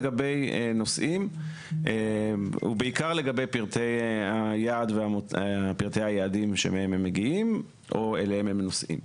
לגבי נוסעים ובעיקר לגבי פרטי היעדים מהם הם מגיעים או אליהם הם נוסעים.